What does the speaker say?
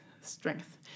strength